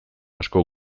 asko